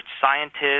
scientists